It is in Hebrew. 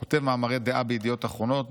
הוא כותב מאמרי דעה בידיעות אחרונות,